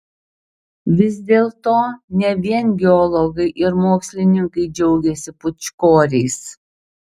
vis dėlto ne vien geologai ir mokslininkai džiaugiasi pūčkoriais